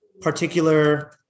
particular